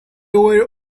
were